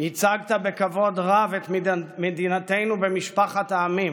ייצגת בכבוד רב את מדינתנו במשפחת העמים,